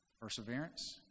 Perseverance